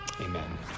Amen